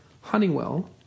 Honeywell